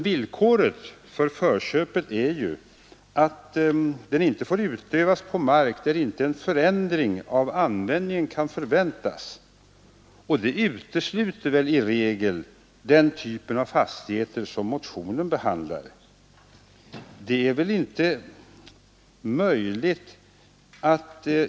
Villkoret för förköp är emellertid att det inte får utövas på mark där inte en förändring av användningen förväntas. Och det utesluter väl i regel den typ av fastigheter som det talas om i motionen.